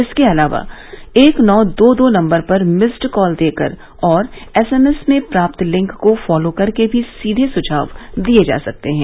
इसके अलावा एक नौ दो दो नम्बर पर मिस्ड कॉल देकर और एस एम एस में प्राप्त लिंक को फॉलो करके भी सीधे सुझाव दिये जा सकते हैं